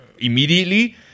Immediately